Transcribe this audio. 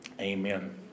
amen